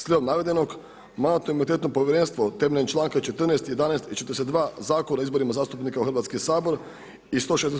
Slijedom navedenog, Mandatno-imunitetno povjerenstvo, temeljem članka 14., 11., i 42., Zakona o izborima zastupnika u Hrvatski sabor i 116.